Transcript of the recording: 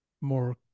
more